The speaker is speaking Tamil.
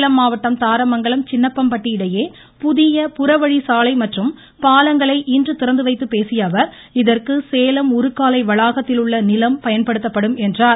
சேலம் மாவட்டம் தாரமங்கலம் சின்னப்பம்பட்டி இடையே புதிய புறவழிச்சாலை மற்றும் பாலங்களை இன்று திறந்துவைத்துப் பேசியஅவர் இதற்கு சேலம் உருக்காலை வளாகத்தில் உள்ள நிலம் பயன்படுத்தப்படும் என்றார்